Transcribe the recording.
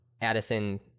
Addison